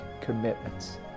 commitments